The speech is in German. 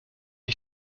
ich